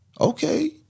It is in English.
okay